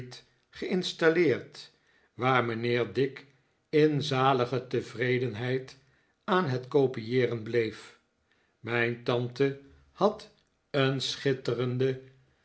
geinstalleerd waar mijnheer dick in zalige tevredenheid aan het kopieeren bleef mijn tante had een schitterende